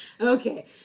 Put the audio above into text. Okay